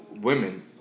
women